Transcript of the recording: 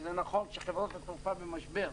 וזה נכון שחברות התעופה במשבר,